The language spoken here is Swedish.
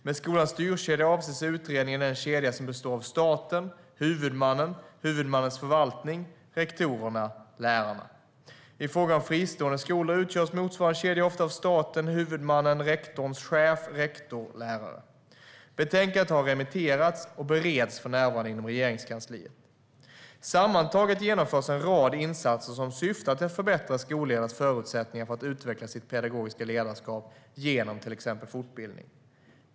Med skolans styrkedja avses i utredningen den kedja som består av staten - huvudmannen - huvudmannens förvaltning - rektorerna - lärarna. I fråga om fristående skolor utgörs motsvarande kedja ofta av staten - huvudmannen - rektorns chef - rektor - lärare. Betänkandet har remitterats och bereds för närvarande inom Regeringskansliet. Sammantaget genomförs en rad insatser som syftar till att förbättra skolledares förutsättningar för att utveckla sitt pedagogiska ledarskap genom till exempel fortbildning.